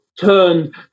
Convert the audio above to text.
turned